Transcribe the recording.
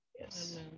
Yes